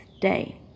day